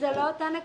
זאת לא אותה נקודה.